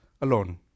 alone